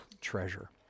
treasure